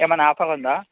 ఏమన్న ఆఫర్ ఉందా